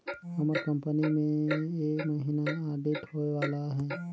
हमर कंपनी में ए महिना आडिट होए वाला अहे